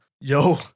Yo